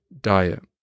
diet